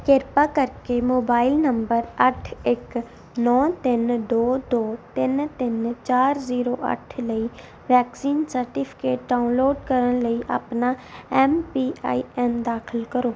ਕਿਰਪਾ ਕਰਕੇ mobile number ਅੱਠ ਇੱਕ ਨੌਂ ਤਿੰਨ ਦੋ ਦੋ ਤਿੰਨ ਤਿੰਨ ਚਾਰ ਜ਼ੀਰੋ ਅੱਠ ਲਈ ਵੈਕਸੀਨ ਸਰਟੀਫਿਕੇਟ ਡਾਊਨਲੋਡ ਕਰਨ ਲਈ ਆਪਣਾ ਐਮ ਪੀ ਆਈ ਐਨ ਦਾਖਲ ਕਰੋ